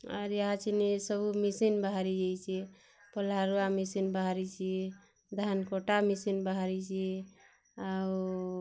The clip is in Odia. ଆର୍ ସବୁ ମେସିନ୍ ବାହାରିଯାଇଚି ପଲ୍ହା ରୁଆ ମେସିନ୍ ବାହାରିଚି ଧାନ୍ କଟା ମେସିନ୍ ବାହାରିଚି ଆଉ